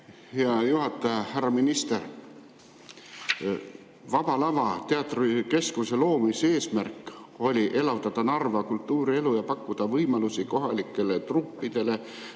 Hea juhataja! Härra minister! Vaba Lava teatrikeskuse loomise eesmärk oli elavdada Narva kultuurielu ja pakkuda võimalusi kohalikele truppidele